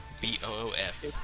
B-O-O-F